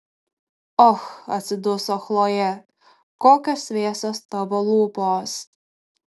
och atsiduso chlojė kokios vėsios tavo lūpos